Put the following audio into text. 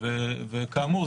ומאילו סיבות.